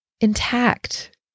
intact